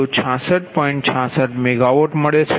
66 MW મળે છે